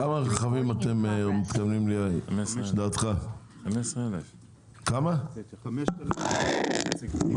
כמה רכבים אתם מתכוונים 15,000. בדברי